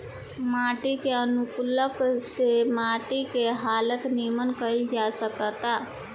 माटी के अनुकूलक से माटी के हालत निमन कईल जा सकेता